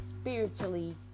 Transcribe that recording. spiritually